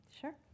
Sure